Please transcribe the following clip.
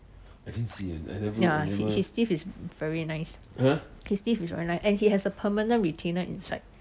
ya his teeth is very nice his teeth is very nice and he has a permanent retainer inside